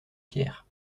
tiers